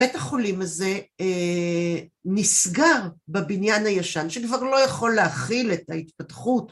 בית החולים הזה נסגר בבניין הישן שכבר לא יכול להכיל את ההתפתחות